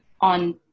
on